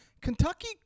Kentucky